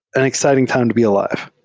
an exciting time to be al ive.